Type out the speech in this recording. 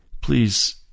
Please